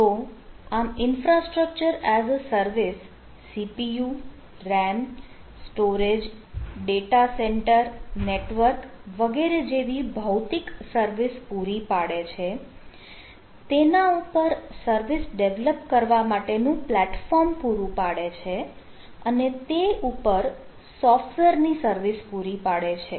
તો આમ infrastructure as a service CPU RAM storage data center network વગેરે જેવી ભૌતિક સર્વિસ પૂરી પાડે છે તેના ઉપર સર્વિસ ડેવલપ કરવા માટેનું પ્લેટફોર્મ પૂરું પાડે છે અને તે ઉપર સોફ્ટવેરની સર્વિસ પૂરી પાડે છે